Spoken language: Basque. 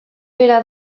bera